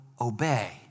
obey